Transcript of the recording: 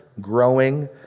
growing